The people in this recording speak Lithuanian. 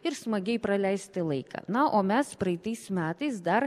ir smagiai praleisti laiką na o mes praeitais metais dar